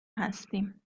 هستیم